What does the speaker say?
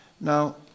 now